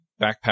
backpack